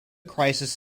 crisis